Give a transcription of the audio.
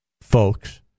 folks